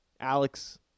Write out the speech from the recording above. Alex